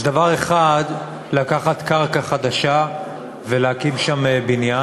זה דבר אחד לקחת קרקע חדשה ולהקים שם בניין,